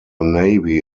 navy